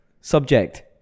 subject